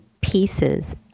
pieces